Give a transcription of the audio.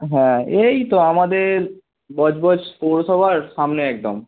হ্যাঁ এই তো আমাদের বজবজ পৌরসভার সামনে একদম